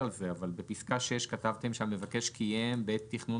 בפסקה 6 כתבתם שהמבקש קיים בעת תכנון